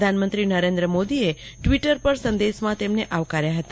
પ્રધાનમંત્રી નરેન્દ્ર મોદીએ ટવીટર પર સંદેશમાં તેમને આવકાર્ય હતા